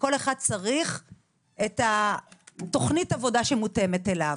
כל אחד צריך את תוכנית העבודה שמותאמת אליו.